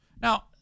Now